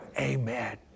Amen